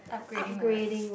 upgrading works